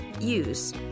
use